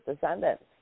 descendants